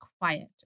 quiet